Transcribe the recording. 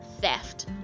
theft